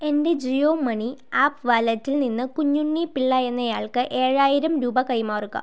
എൻ്റെ Jio money app വാലറ്റിൽ നിന്ന് കുഞ്ഞുണ്ണി പിള്ള എന്നയാൾക്ക് ഏഴായിരം രൂപ കൈമാറുക